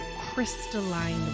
crystalline